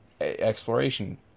exploration